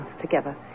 together